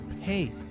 Hey